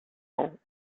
ans